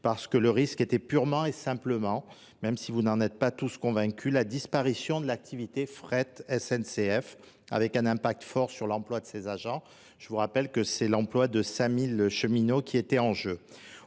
parce que le risque était purement et simplement, même si vous n'en êtes pas tous convaincu, la disparition de l'activité fret SNCF avec un impact fort sur l'emploi de ses agents. Je vous rappelle que c'est l'emploi de 5000 cheminots qui était en jeu.